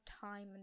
time